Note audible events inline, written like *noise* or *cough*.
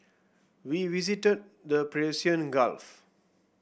we visited the *unintelligible* Gulf